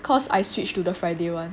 cause I switched to the friday [one]